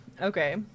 Okay